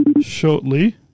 shortly